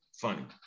Funny